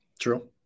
True